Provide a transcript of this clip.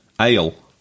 Ale